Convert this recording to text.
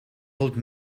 old